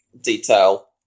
detail